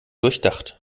durchdacht